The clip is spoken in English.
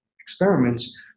experiments